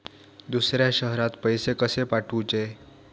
दुसऱ्या शहरात पैसे कसे पाठवूचे?